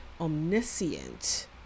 omniscient